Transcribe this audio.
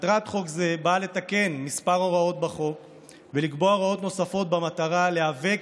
מטרת חוק זה לתקן מספר הוראות חוק ולקבוע הוראות נוספות במטרה להיאבק